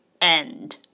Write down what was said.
end